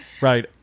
Right